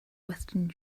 western